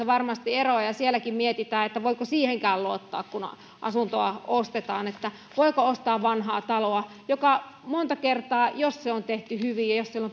varmasti eroa ja sielläkin mietitään voiko siihenkään luottaa kun asuntoa ostetaan että voiko ostaa vanhaa taloa joka monta kertaa jos se on tehty hyvin ja jos siellä